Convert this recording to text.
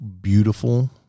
beautiful